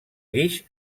guix